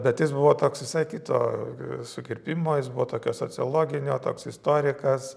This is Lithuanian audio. bet jis buvo toks visai kito sukirpimo jis buvo tokio sociologinio toks istorikas